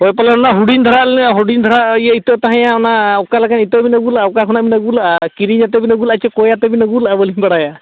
ᱦᱳᱭ ᱯᱟᱞᱮᱱ ᱚᱱᱟ ᱦᱩᱰᱤᱧ ᱫᱷᱟᱨᱟᱜᱼᱟ ᱤᱭᱟᱹ ᱦᱩᱰᱤᱧ ᱫᱷᱟᱨᱟ ᱤᱭᱟᱹ ᱤᱛᱟᱹ ᱛᱟᱦᱮᱸᱭᱟ ᱚᱱᱟ ᱚᱠᱟ ᱞᱮᱠᱟᱱ ᱤᱛᱟᱹ ᱵᱤᱱ ᱟᱹᱜᱩ ᱞᱮᱜᱼᱟ ᱚᱠᱟ ᱠᱷᱚᱱᱟᱜ ᱵᱤᱱ ᱟᱹᱜᱩ ᱞᱟᱜᱼᱟ ᱠᱤᱨᱤᱧ ᱠᱟᱛᱮᱰ ᱵᱤᱱ ᱟᱹᱜᱩ ᱞᱟᱜᱼᱟ ᱪᱮ ᱠᱚᱭ ᱟᱛᱮᱫ ᱵᱤᱱ ᱟᱹᱜᱩ ᱞᱟᱜᱼᱟ ᱵᱟᱹᱞᱤᱧ ᱵᱟᱲᱟᱭᱟ